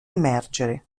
immergere